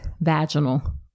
vaginal